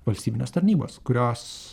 valstybinės tarnybos kurios